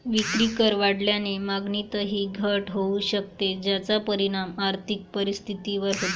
विक्रीकर वाढल्याने मागणीतही घट होऊ शकते, ज्याचा परिणाम आर्थिक स्थितीवर होतो